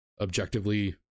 objectively